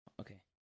Okay